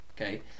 okay